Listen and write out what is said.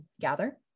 gather